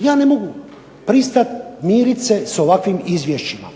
ja ne mogu pristati mirit se s ovakvim izvješćima.